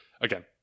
Again